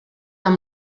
amb